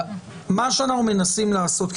מה שאנחנו מנסים לעשות,